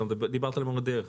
דיברת על מורי דרך.